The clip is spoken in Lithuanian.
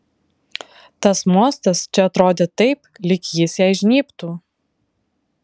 tas mostas čia atrodė taip lyg jis jai žnybtų